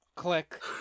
Click